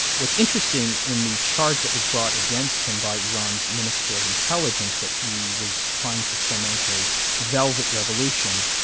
what's interesting in the charge that was brought against him by iran's minister of intelligence, that he was trying to foment a velvet revolution,